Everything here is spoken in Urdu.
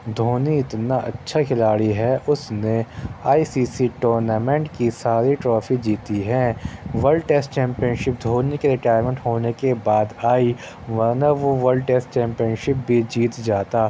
دھونی اتنا اچھا کھلاڑی ہے اُس نے آئی سی سی ٹورنامنٹ کی ساری ٹرافی جیتی ہے world test championship Dhoni کے ریٹائرمنٹ ہونے کے بعد آئی ورنہ وہ ورلڈ ٹیسٹ چیمپئن شِپ بھی جیت جاتا